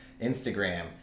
Instagram